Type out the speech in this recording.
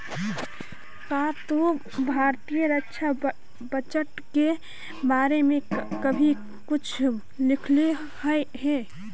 का तू भारतीय रक्षा बजट के बारे में कभी कुछ लिखलु हे